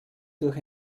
durch